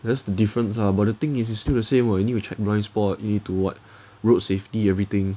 that's the difference lah but the thing is it's still the same [what] you need to check blind spot you need to what road safety everything